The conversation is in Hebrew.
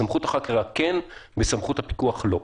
בסמכות החקירה כן, בסמכות הפיקוח לא.